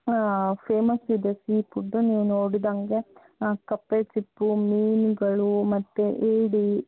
famous ಇದೆ seafood ನೀವು ನೋಡಿದಂಗೆ ಕಪ್ಪೆಚಿಪ್ಪು ಮೀನುಗಳು ಮತ್ತೆ ಏಡಿ